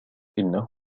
إنه